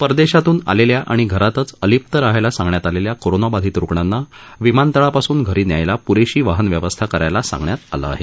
परदेशातून आलेल्या आणि घरातच अलिप्त रहायला सांगण्यात आलेल्या कोरोना बाधित रुग्णांना विमानतळापासून घरी न्यायला पुरेशी वाहन व्यवस्था करायला सांगण्यात आलं आहे